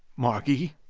margy.